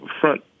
front